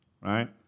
right